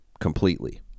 completely